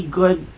good